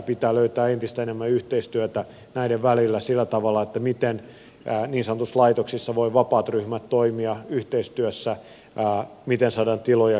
pitää löytää entistä enemmän yhteistyötä näiden välillä siinä miten niin sanotuissa laitoksissa vapaat ryhmät voivat toimia yhteistyössä miten saadaan tiloja käyttöön